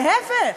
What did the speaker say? להפך,